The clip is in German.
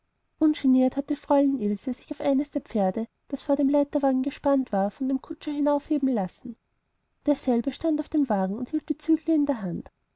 ungeniert hatte fräulein ilse sich auf eines der pferde das vor dem leiterwagen gespannt war von dem kutscher hinaufheben lassen derselbe stand auf dem wagen und hielt die zügel in der hand